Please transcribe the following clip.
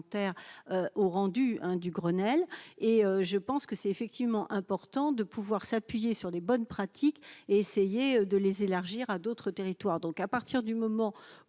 au rendu un du Grenelle et je pense que c'est effectivement important de pouvoir s'appuyer sur les bonnes pratiques, essayer de les élargir à d'autres territoires, donc à partir du moment où